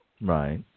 Right